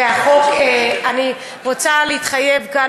אני רוצה להתחייב כאן,